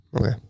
Okay